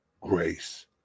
grace